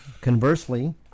Conversely